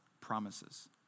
promises